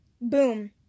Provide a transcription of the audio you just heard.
Boom